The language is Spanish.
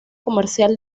comercial